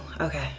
okay